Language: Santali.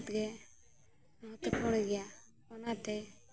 ᱡᱮ ᱜᱮᱛᱮ ᱦᱚᱲ ᱜᱮᱭᱟ ᱚᱱᱟᱛᱮ